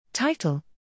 Title